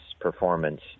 performance